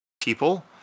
people